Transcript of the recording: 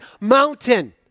Mountain